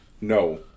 no